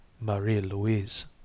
Marie-Louise